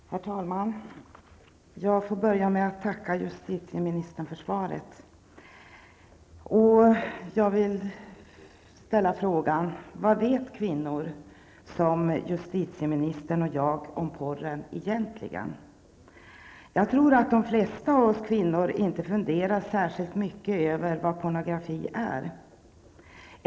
Herr talman! Jag får börja med att tacka justitieministern för svaret. Jag vill ställa frågan: Vad vet kvinnor som justitieministern och jag om porren -- egentligen? Jag tror att de flesta av oss kvinnor inte funderar särskilt mycket över vad pornografi är.